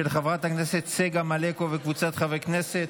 של חברת הכנסת צגה מלקו וקבוצת חברי הכנסת.